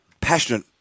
passionate